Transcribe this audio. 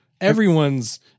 everyone's